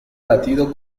latido